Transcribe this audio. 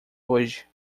hoje